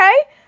Okay